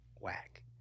whack